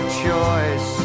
choice